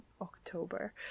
October